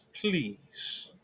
please